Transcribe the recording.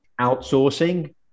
outsourcing